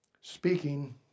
speaking